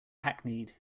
hackneyed